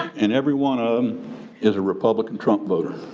and everyone of them is a republican trump voter.